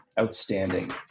Outstanding